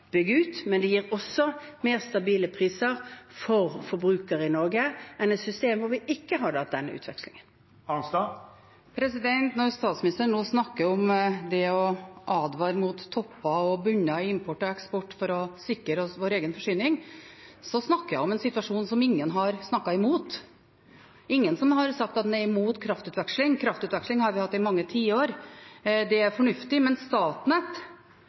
bygge ut. Men det gir også mer stabile priser for forbrukere i Norge enn et system hvor vi ikke hadde hatt denne utvekslingen. Når statsministeren nå snakker om det å advare mot topper og bunner i import og eksport for å sikre oss vår egen forsyning, snakker hun om en situasjon som ingen har snakket imot. Det er ingen som har sagt at en er imot kraftutveksling, kraftutveksling har vi hatt i mange tiår, det er fornuftig. Men Statnett,